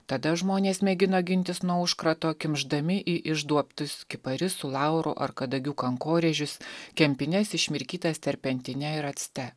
tada žmonės mėgino gintis nuo užkrato kimšdami į išduobtus kiparisų laurų ar kadagių kankorėžius kempines išmirkytas terpentine ir acte